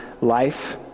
life